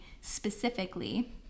specifically